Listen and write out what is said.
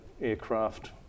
aircraft